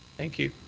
thank you.